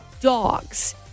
dogs